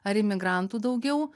ar imigrantų daugiau